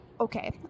Okay